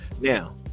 Now